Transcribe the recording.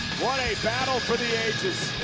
what a battle for the ages.